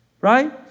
right